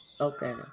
Okay